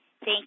Thank